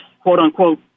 quote-unquote